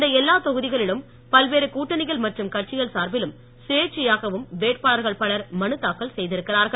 இந்த எல்லா தொகுதிகளிலும் பல்வேறு கூட்டணிகள் மற்றும் கட்சிகள் சார்பிலும் சுயயேச்சையாகவும் வேட்பாளர்கள் பலர் மனுத்தாக்கல் செய்து இருக்கிறார்கள்